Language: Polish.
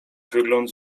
wygląd